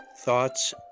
thoughts